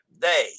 day